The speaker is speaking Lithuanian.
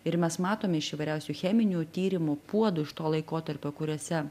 ir mes matom iš įvairiausių cheminių tyrimų puodų iš to laikotarpio kuriuose